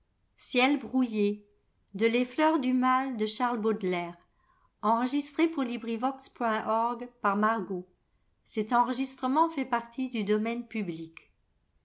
les fleurs du mal ne